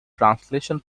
translation